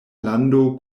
lando